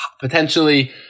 potentially